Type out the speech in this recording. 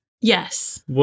Yes